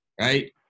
right